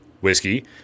Whiskey